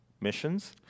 Missions